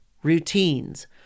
routines